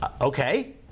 okay